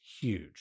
huge